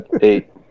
eight